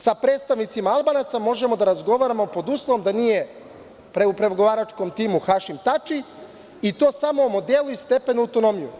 Sa predstavnicima Albanaca možemo da razgovaramo pod uslovom da nije u pregovaračkom timu Hašim Tači, i to samo o modelu i stepenu autonomije.